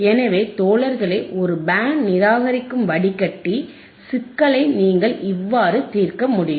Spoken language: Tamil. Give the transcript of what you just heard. எனவே தோழர்களே ஒரு பேண்ட் நிராகரிக்கும் வடிகட்டி சிக்கலை நீங்கள் இவ்வாறு தீர்க்க முடியும்